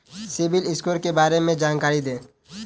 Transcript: CIBIL score के बारे में जानकारी दें?